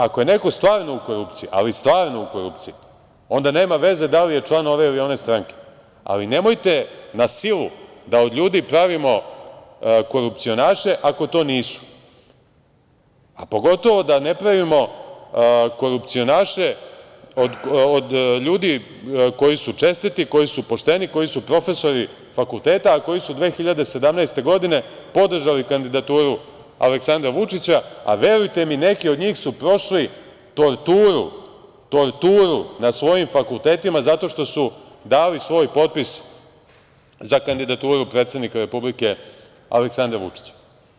Ako je neko stvarno u korupciji, ali stvarno u korupciji, onda nema veze da li je član ove ili one stranke, ali nemojte na silu da od ljudi pravimo korupcionaše ako to nisu, a pogotovo da ne pravimo korupcionaše od ljudi koji su čestiti, koji su pošteni, koji su profesori fakulteta, a koji su 2017. godine podržali kandidaturu Aleksandra Vučića, a verujte mi neki od njih su prošli torturu, torturu na svojim fakultetima zato što su dali svoj potpis za kandidaturu predsednika Republike Aleksandra Vučića.